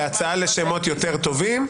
להצעה לשמות יותר טובים.